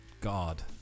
God